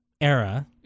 Era